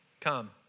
Come